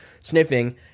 sniffing